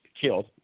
killed